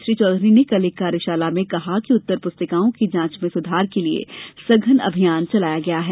श्री चौधरी ने कल एक कार्यशाला में कहा कि उत्तर पुस्तिकाओं की जांच में सुधार के लिये सघन अभियान चलाया गया है